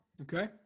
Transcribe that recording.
okay